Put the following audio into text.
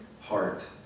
heart